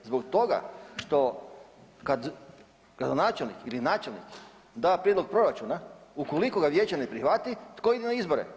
Zbog toga što kad gradonačelnik ili načelnik da prijedlog proračuna, ukoliko ga vijeće ne prihvati tko ide na izbore?